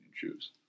choose